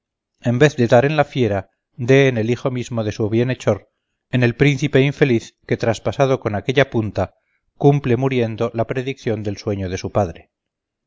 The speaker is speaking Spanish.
en vez de dar en la fiera dé en el hijo mismo de su bienhechor en el príncipe infeliz que traspasado con aquella punta cumple muriendo la predicción del sueño de su padre